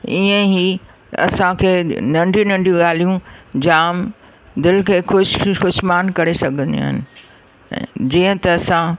ईअं ई असांखे नंढियूं नंढियूं ॻाल्हियूं जाम दिलि खे ख़ुशि ख़ुशिमान करे सघंदियूं आहिनि ऐं जीअं त असां